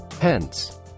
Hence